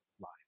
life